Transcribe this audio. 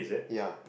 ya